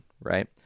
right